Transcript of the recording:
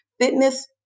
Fitness